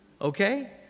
Okay